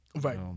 Right